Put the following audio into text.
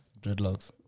dreadlocks